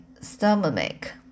stomach